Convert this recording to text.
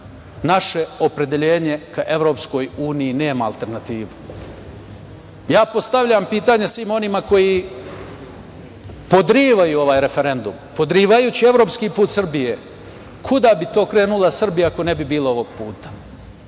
Naše opredeljenje ka EU nema alternativu. Postavljam pitanje svima onima koji podrivaju ovaj referendum. Podrivajući evropski put Srbije, kuda bi to krenula Srbija ako ne bi bilo ovog puta?